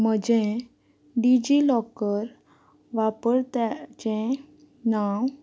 म्हजें डिजिलॉकर वापरताचें नांव